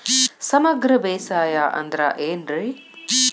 ಸಮಗ್ರ ಬೇಸಾಯ ಅಂದ್ರ ಏನ್ ರೇ?